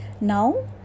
now